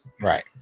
Right